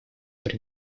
при